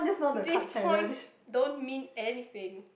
these points don't mean anything